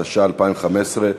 התשע"ה 2015,